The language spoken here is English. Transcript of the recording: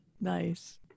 Nice